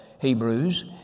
Hebrews